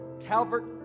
Calvert